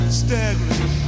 staggering